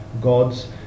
gods